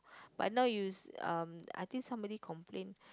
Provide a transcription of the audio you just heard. but now use um I think somebody complained